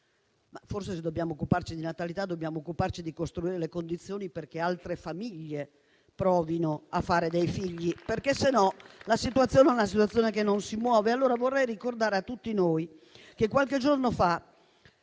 Forse, se dobbiamo occuparci di natalità, dobbiamo occuparci di costruire le condizioni perché altre famiglie provino a fare dei figli, perché altrimenti la situazione non si muove. Vorrei ricordare a tutti noi che qualche giorno fa